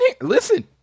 listen